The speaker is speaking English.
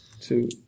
two